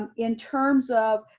and in terms of,